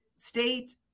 state